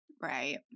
right